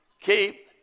Keep